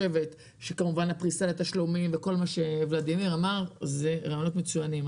כמובן הפריסה לתשלומים וכל מה שוולדימיר אמר אלה רעיונות מצוינים.